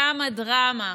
כמה דרמה.